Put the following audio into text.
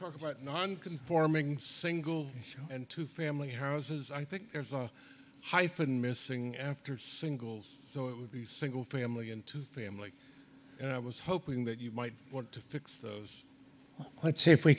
talk about non conforming single and two family houses i think there's a hyphen missing after singles so it would be single family into family and i was hoping that you might want to fix those let's see if we